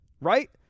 right